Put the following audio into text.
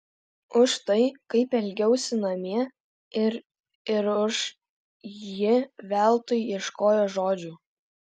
už tai kaip elgiausi namie ir ir už ji veltui ieškojo žodžių